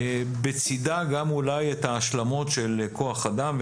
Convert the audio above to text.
בצידה גם אולי את ההשלמות של כוח אדם,